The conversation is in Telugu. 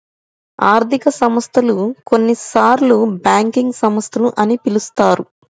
ఆర్థిక సంస్థలు, కొన్నిసార్లుబ్యాంకింగ్ సంస్థలు అని పిలుస్తారు